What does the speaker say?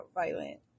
violent